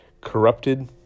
corrupted